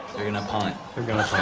they're going to punt. they're going to